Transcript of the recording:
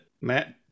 Matt